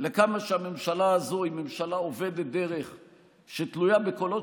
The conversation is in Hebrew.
לכמה שהממשלה הזו היא ממשלה אובדת דרך שתלויה בקולות